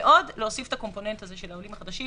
ועוד להוסיף את האלמנט הזה של העולים החדשים,